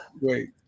Wait